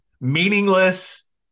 meaningless